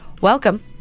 Welcome